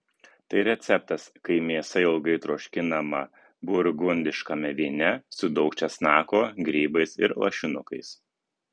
tai receptas kai mėsa ilgai troškinama burgundiškame vyne su daug česnako grybais ir lašinukais